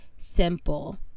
Simple